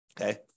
Okay